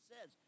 says